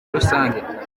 rusange